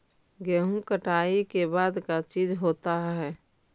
गेहूं कटाई के बाद का चीज होता है?